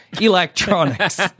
electronics